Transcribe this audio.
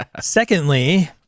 Secondly